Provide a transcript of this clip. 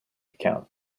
account